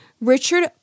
Richard